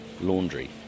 laundry